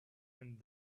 and